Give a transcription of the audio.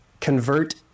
convert